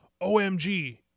OMG